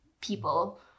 people